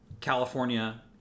california